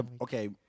Okay